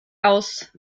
aus